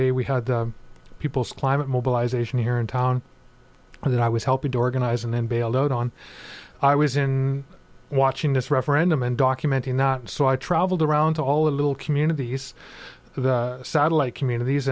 day we had people's climate mobilization here in town and that i was helping to organize and then bailed out on i was in watching this referendum and documentary not so i traveled around to all the little communities the satellite communities